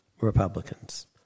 Republicans